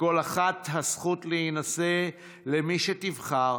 לכל אחת הזכות להינשא למי שתבחר